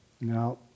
now